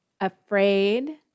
afraid